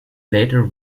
later